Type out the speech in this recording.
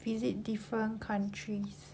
visit different countries